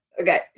Okay